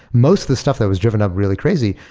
most of the stuff that was driven up really crazy,